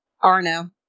Arno